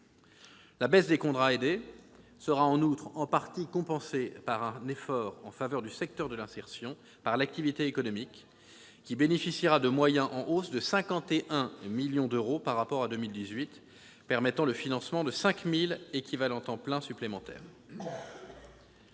la baisse des contrats aidés sera en partie compensée par un effort en faveur du secteur de l'insertion par l'activité économique, qui bénéficiera de moyens en hausse de 51 millions d'euros par rapport à 2018, permettant le financement de 5 000 équivalents temps plein supplémentaires.